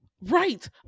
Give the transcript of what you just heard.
Right